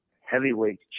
heavyweight